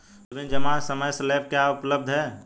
विभिन्न जमा समय स्लैब क्या उपलब्ध हैं?